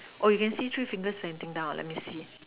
oh okay you can see three fingers pointing down let me see